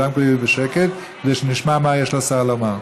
שכולם פה יהיו בשקט כדי שנשמע מה יש לשר לומר.